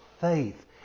faith